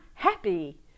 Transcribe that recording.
happy